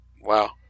Wow